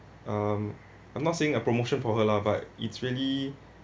um I'm not saying a promotion for her lah but it's really